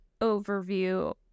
overview